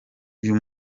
uyu